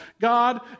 God